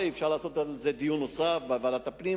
אפשר לעשות על זה דיון נוסף בוועדת הפנים,